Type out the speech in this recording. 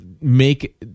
make